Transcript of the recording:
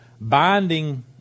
binding